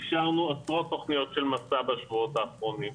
אישרנו עשות תוכניות של מסע בשבועות האחרונים.